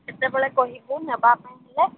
କେତେବେଳେ କହିବ ନେବା ପାଇଁ ହେଲେ